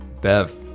Bev